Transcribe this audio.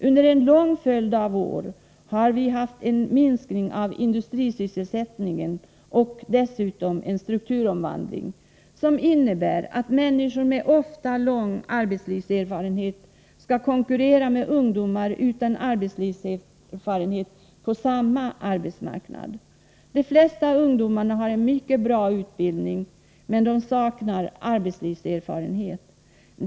Under en lång följd av år hade vi en minskad industrisysselsättning och dessutom en stukturomvandling som bl.a. innebar att människor med ofta lång arbetslivserfarenhet skulle konkurrera med ungdomar utan arbetslivserfarenhet på samma arbetsmarknad. De flesta svenska ungdomarna har en mycket bra utbildning, men saknar arbetslivserfarenhet.